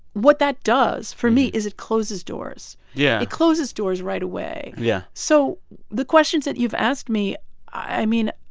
what that does for me is it closes doors yeah it closes doors right away yeah so the questions that you've asked me i mean,